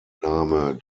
darf